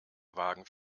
waggons